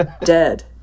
dead